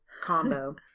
combo